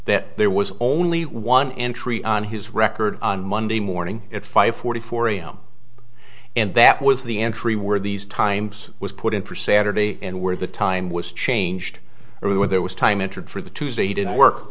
that there was only one entry on his record on monday morning at five forty four am and that was the entry were these times was put in for saturday and where the time was changed or when there was time entered for the tuesday to work